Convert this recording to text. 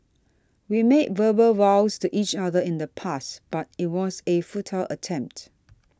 we made verbal vows to each other in the past but it was a futile attempt